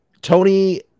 Tony